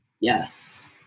Yes